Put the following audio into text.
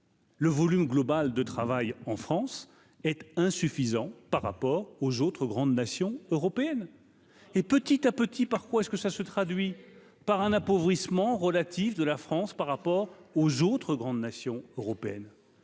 Le volume global de travail en France est insuffisant par rapport aux autres grandes nations européennes et petit à petit, par quoi est-ce que ça se traduit par un appauvrissement relatif de la France par rapport aux autres grandes nations européennes,